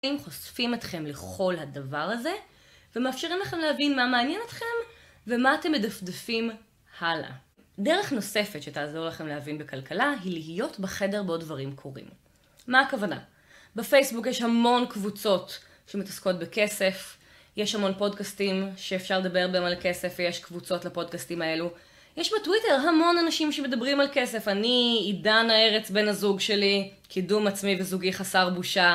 חושפים אתכם לכל הדבר הזה, ומאפשרים לכם להבין מה מעניין אתכם, ומה אתם מדפדפים הלאה. דרך נוספת שתעזור לכם להבין בכלכלה היא להיות בחדר בו דברים קורים. מה הכוונה? בפייסבוק יש המון קבוצות שמתעסקות בכסף, יש המון פודקסטים שאפשר לדבר בהם על כסף ויש קבוצות לפודקסטים האלו, יש בטוויטר המון אנשים שמדברים על כסף, אני, עידן הארץ, בן הזוג שלי, קידום עצמי וזוגי חסר בושה